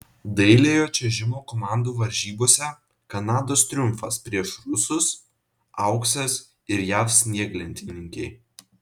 dailiojo čiuožimo komandų varžybose kanados triumfas prieš rusus auksas ir jav snieglentininkei